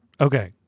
okay